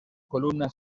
columna